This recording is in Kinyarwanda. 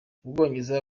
ubwongereza